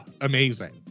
amazing